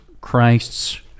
Christ's